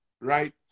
right